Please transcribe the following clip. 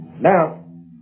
Now